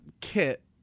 Kit